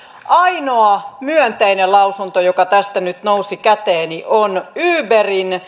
ainoa myönteinen lausunto joka tästä nyt nousi käteeni on uberin